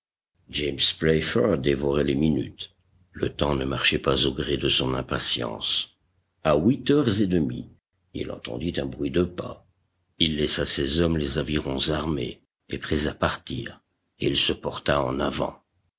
playfair dévorait les minutes le temps ne marchait pas au gré de son impatience a huit heures et demie il entendit un bruit de pas il laissa ses hommes les avirons armés et prêts à partir et il se porta en avant